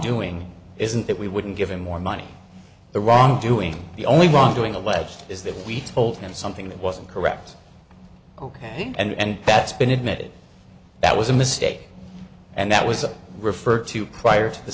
doing isn't that we wouldn't give him more money the wrongdoing the only one doing alleged is that we told him something that wasn't correct ok and that's been admitted that was a mistake and that was referred to